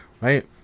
right